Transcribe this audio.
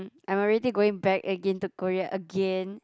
I'm already going back to Korea again